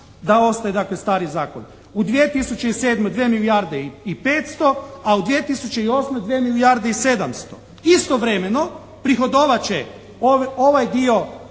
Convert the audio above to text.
da ostaje dakle stari zakon. U 2007. dvije milijarde i petsto, a u 2008. dvije milijarde i sedamsto. Istovremeno prihodovat će ovaj dio